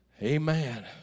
amen